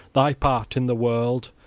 thy part in the world.